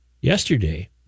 Yesterday